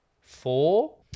four